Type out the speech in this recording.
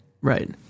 right